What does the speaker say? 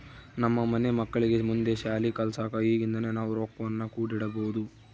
ನಮ್ಮ ಮನೆ ಮಕ್ಕಳಿಗೆ ಮುಂದೆ ಶಾಲಿ ಕಲ್ಸಕ ಈಗಿಂದನೇ ನಾವು ರೊಕ್ವನ್ನು ಕೂಡಿಡಬೋದು